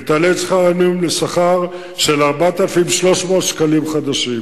ותעלה את שכר המינימום ל-4,300 שקלים חדשים.